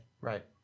Right